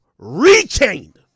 rechained